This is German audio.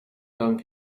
dank